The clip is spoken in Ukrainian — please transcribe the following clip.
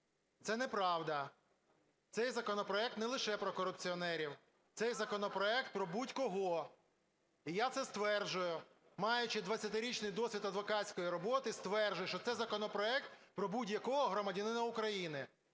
Це неправда, цей законопроект не лише про корупціонерів, цей законопроект про будь-кого, і я це стверджую, маючи 20-річний досвід адвокатської роботи, стверджую, що це законопроект про будь-якого громадянина України,